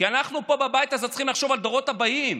כי אנחנו פה בבית הזה צריכים לחשוב על הדורות הבאים: